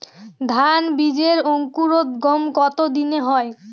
ধান বীজের অঙ্কুরোদগম কত দিনে হয়?